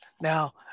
now